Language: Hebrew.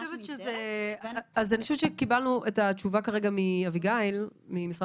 אני חושבת שקיבלנו כרגע את התשובה מאביגיל ממשרד